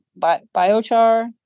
biochar